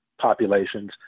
populations